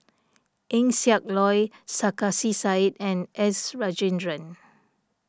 Eng Siak Loy Sarkasi Said and S Rajendran